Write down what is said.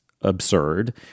absurd